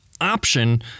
option